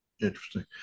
Interesting